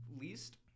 least